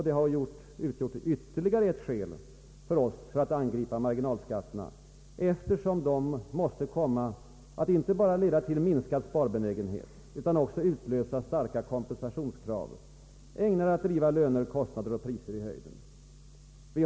Detta har utgjort ytterligare ett skäl för oss att angripa de höjda marginalskatterna, eftersom dessa måste komma att inte bara leda till minskad sparbenägenhet utan också ut Ang. en reform av beskattningen, m.m. lösa starka kompensationskrav, ägnade att driva löner, kostnader och priser i höjden.